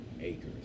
acres